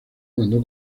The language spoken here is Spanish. mandó